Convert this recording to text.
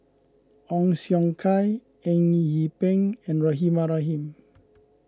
Ong Siong Kai Eng Yee Peng and Rahimah Rahim